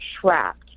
trapped